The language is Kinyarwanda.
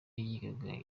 yigaga